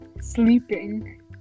sleeping